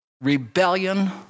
rebellion